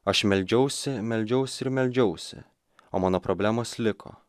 aš meldžiausi meldžiaus ir meldžiausi o mano problemos liko